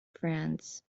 friends